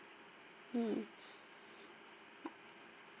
mm